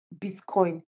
Bitcoin